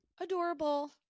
adorable